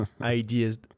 ideas